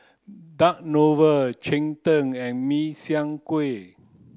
duck cheng tng and min chiang kueh